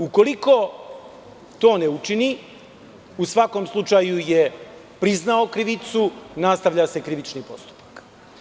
Ukoliko to ne učini, u svakom slučaju je priznao krivicu i nastavlja se krivični postupak.